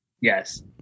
Yes